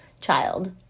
child